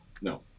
No